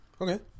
Okay